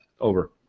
Over